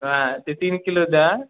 हा ते तीन किलो द्या